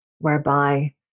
whereby